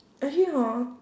actually hor